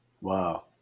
Wow